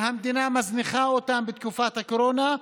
והמדינה מזניחה אותם בתקופת הקורונה,